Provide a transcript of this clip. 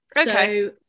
Okay